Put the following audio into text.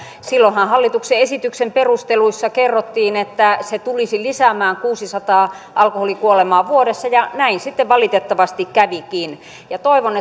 silloinhan hallituksen esityksen perusteluissa kerrottiin että se tulisi lisäämään kuusisataa alkoholikuolemaa vuodessa ja näin sitten valitettavasti kävikin toivon